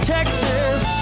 Texas